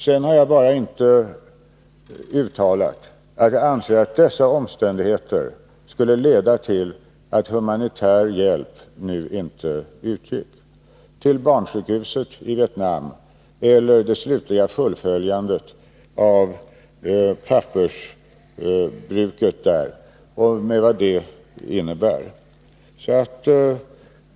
Men sedan har jag uttalat att jag anser att dessa omständigheter inte bör leda till att humanitär hjälp till barnsjukhuset i Vietnam eller hjälp till det slutliga fullföljandet av pappersbruket i Vietnam skall upphöra med allt vad det skulle innebära.